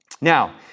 Now